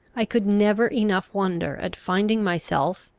i could never enough wonder at finding myself,